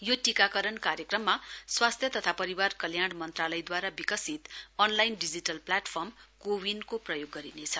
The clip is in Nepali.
यो टिकाकरण कार्यक्रममा स्वासध्य तथा परिवार कल्याण मन्त्रालयद्वारा विकसित अनलाइन डिजिटल प्लेटफार्मको विन को प्रयोग गरिनेछ